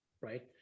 right